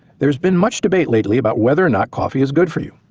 there's been much debate lately about whether or not coffee is good for you.